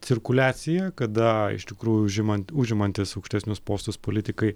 cirkuliacija kada iš tikrųjų užiman užimantys aukštesnius postus politikai